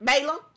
Balaam